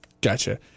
Gotcha